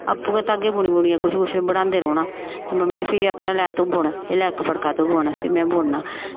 आपूं गै धागे बुनी बुनियै कुछ कुछ बनांदे रौह्ना ते मम्मी ने फ्ही आखना कि लै तूं बुन एह् लै इक फड़का तूं बुन फ्ही में बुनना